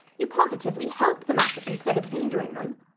you positively help them at it instead of hindering them.